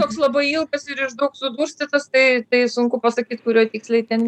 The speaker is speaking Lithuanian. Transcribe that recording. toks labai ilgas ir iš daug sudurstytas tai tai sunku pasakyt kurioj tiksliai ten